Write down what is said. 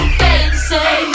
fancy